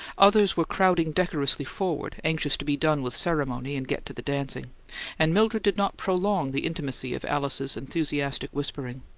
others were crowding decorously forward, anxious to be done with ceremony and get to the dancing and mildred did not prolong the intimacy of alice's enthusiastic whispering.